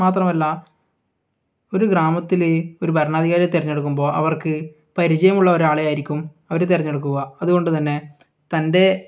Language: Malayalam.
മാത്രമല്ല ഒരു ഗ്രാമത്തിൽ ഒരു ഭരണാധികാരിയെ തിരഞ്ഞെടുക്കുമ്പോൾ അവർക്ക് പരിചയമുള്ള ഒരാളെയായിരിക്കും അവർ തിരഞ്ഞെടുക്കുക അതുകൊണ്ടുതന്നെ തൻ്റെ